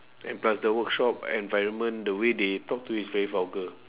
and plus the workshop environment the way they talk to you is very vulgar